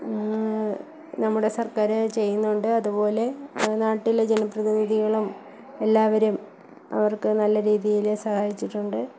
നമ്മുടെ സർക്കാർ ചെയ്യുന്നുണ്ട് അതുപോലെ നാട്ടിലെ ജനപ്രതിനിധികളും എല്ലാവരും അവർക്ക് നല്ല രീതിയിൽ സഹായിച്ചിട്ടുണ്ട്